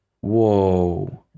Whoa